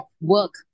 work